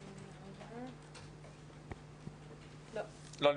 היא לא נמצאת.